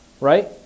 right